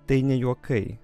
tai ne juokai